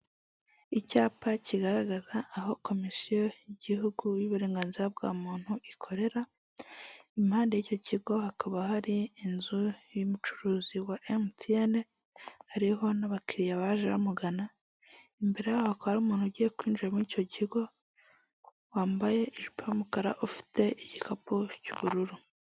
Icyapa kigaragaza aho komisiyo y'igihugu y'uburenganzira bwa muntu ikorera, impande y'icyo kigo hakaba hari inzu y'umucuruzi wa emutiyene, hariho n'abakiriya baje bamugana, imbere yaho hakaba hari umuntu ugiye kwinjira muri icyo kigo, wambaye ijipo umukara ufite igikapu cy'ubururu.